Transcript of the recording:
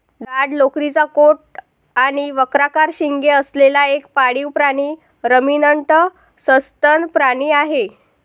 जाड लोकरीचा कोट आणि वक्राकार शिंगे असलेला एक पाळीव प्राणी रमिनंट सस्तन प्राणी आहे